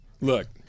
look